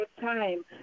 time